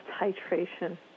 titration